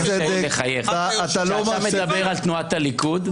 אתה מדבר על תנועת הליכוד.